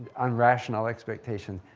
on rational expectations.